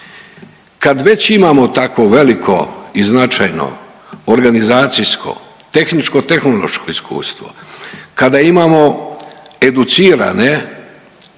Kad već imamo takvo veliko i značajno organizacijsko, tehničko tehnološko iskustvo, kada imamo educirane